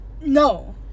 No